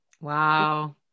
Wow